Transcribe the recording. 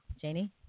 Janie